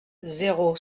zéro